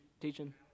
teaching